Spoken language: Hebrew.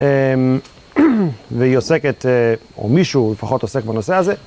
והיא עוסקת, או מישהו לפחות עוסק בנושא הזה.